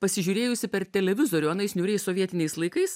pasižiūrėjusi per televizorių anais niūriais sovietiniais laikais